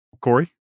Corey